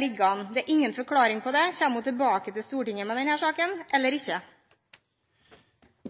ligger an. Det er ingen forklaring på det. Kommer hun tilbake til Stortinget med denne saken, eller ikke?